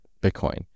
Bitcoin